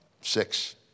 six